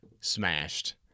smashed